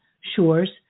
shores